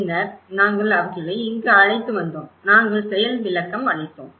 பின்னர் நாங்கள் அவர்களை இங்கு அழைத்து வந்தோம் நாங்கள் செயல் விளக்கமளித்தோம்